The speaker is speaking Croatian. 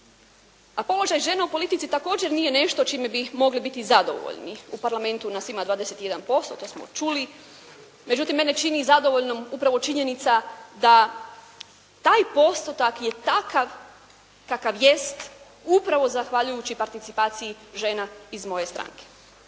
A položaj žena u politici također nije nešto čime bi mogli biti zadovoljni. U Parlamentu nas ima 21% to smo čuli. Međutim, mene čini zadovoljnom upravo činjenica da taj postotak je takav kakav jest upravo zahvaljujući participaciji žena iz moje stranke.